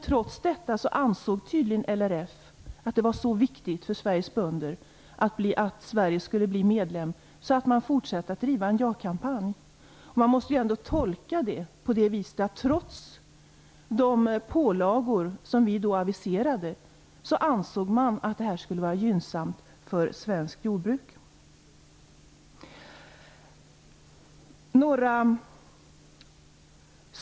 Trots detta ansåg tydligen LRF att det var så viktigt för Sveriges bönder att Sverige skulle bli medlem att man fortsatte att driva en ja-kampanj. Det måste ändå tolkas på det sättet att trots de pålagor som vi aviserade ansåg man att ett EU-medlemskap skulle vara gynnsamt för svenskt jordbruk.